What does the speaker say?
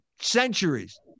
centuries